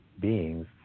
beings